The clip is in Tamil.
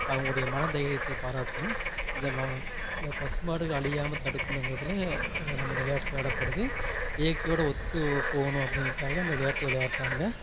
அவங்களுடைய மன தைரியத்தை பாராட்டணும் இந்த பசு மாடுகள் அழியாம தடுக்கணுங்கிறதில் நம்ம இந்த விளையாட்டு விளையாடப்படுது இயற்கையோட ஒத்து போவணும் அப்படிங்கிறதுக்காக இந்த விளையாட்டு விளையாடுறாங்க